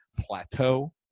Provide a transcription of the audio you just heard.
plateau